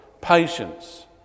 patience